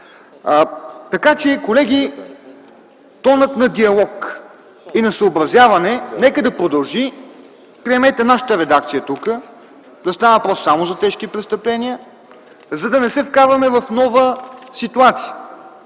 нека продължи тонът на диалог и на съобразяване. Приемете нашата редакция тук – да става въпрос само за тежки престъпления, за да не се вкарваме в нова ситуация,